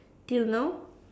till now